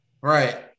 Right